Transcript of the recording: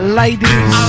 ladies